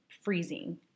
freezing